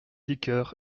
liqueur